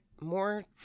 more